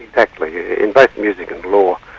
exactly. in both music and law,